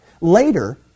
Later